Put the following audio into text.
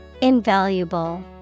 Invaluable